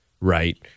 right